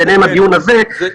ביניהם הדיון הזה,